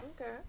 Okay